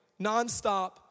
nonstop